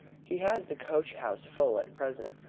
he has the coach-house full at present,